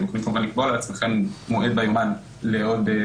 אתם יכולים כמובן לקבוע לעצמכם מועד ביומן בכל